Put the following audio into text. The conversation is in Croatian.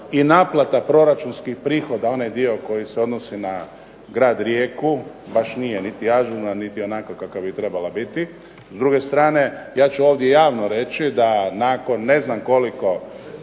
i naplata proračunskih prihoda, onaj dio koji se odnosi na grad Rijeku, baš nije ažurna niti onakva kakva bi trebala biti. S druge strane ja ću ovdje javno reći da nakon nekoliko